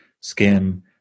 skin